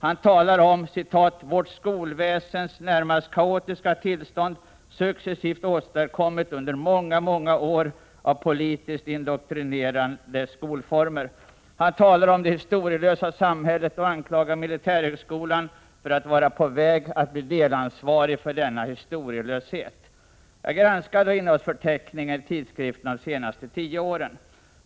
Han talar om ”vårt skolväsens närmast kaotiska tillstånd, successivt åstadkommet under många år, många år av politiskt indoktrinerade skolformer.” Han talar om det historielösa samhället och anklagar militärhögskolan för att vara på väg att bli delansvarig för denna historielöshet. Jag granskade innehållsförteckningen i tidskriften för 80-talet.